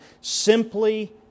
simply